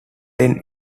then